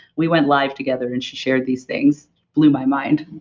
we went live together and she shared these things, blew my mind.